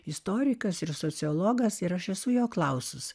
istorikas ir sociologas ir aš esu jo klausus